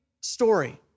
story